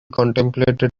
contemplated